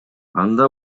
анда